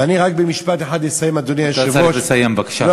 ואני רק במשפט אחד אסיים, אתה צריך לסיים, בבקשה.